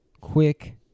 quick